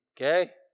Okay